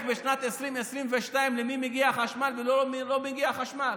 בשנת 2022 למי מגיע חשמל ולמי לא מגיע חשמל.